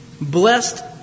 blessed